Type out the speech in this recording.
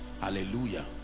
Hallelujah